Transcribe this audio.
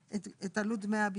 את עלות דמי הביטוח.